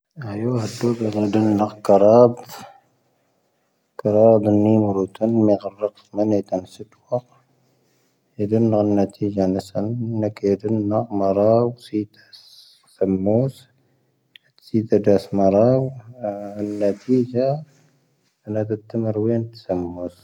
ⴰⵢⵓ ⵀo ⴰⴷooⵔ ⴰⴷoⵏ ⵏⴰⵇ ⴽⴰⵔⴰⴷ. ⴽⴰⵔⴰⴷⵓⵏ ⵏⵉⵎ ⵔoⵜⵓⵏ ⵎⴻⴳⵔⵔⴰⵇ ⵎⴰⵏⴻⵜ ⴰⵏ ⵙⵉⵜⵡⴰⴽ. ⴻⴷⵓⵏ ⵏⴰ ⵏⴰⵜⴻⴻ ⵊⴰⵏ ⵏⴻⵙⴰⵏ. ⵏⴰⴽⴻ ⴻⴷⵓⵏ ⵏⴰⵇ ⵎⴰⵔⴰⵡ ⵙⵉⵜⴰⵙ ⵙⴰⵎⵎoⵙ. ⵙⵉⵜⴰⵙ ⵎⴰⵔⴰⵡ ⵏⴰⵜⴻⴻ ⵊⴰ. ⵏⴰⴷⴻ ⵜⵜⵉⵎⴰⵔⵡⴻⵉⵏ ⵜⵜ ⵙⴰⵎⵎoⵙ.